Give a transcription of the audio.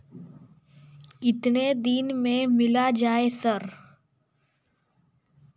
केतना दिन में मिल जयते सर?